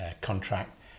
contract